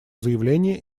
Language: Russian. заявление